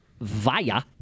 via